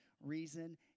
reason